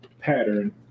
pattern